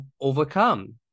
overcome